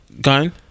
gun